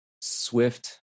Swift